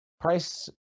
price